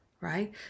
right